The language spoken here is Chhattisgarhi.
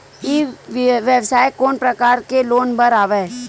ई व्यवसाय कोन प्रकार के लोग बर आवे?